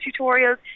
tutorials